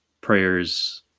prayers